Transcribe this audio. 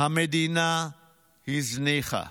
המדינה הזניחה.